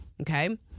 Okay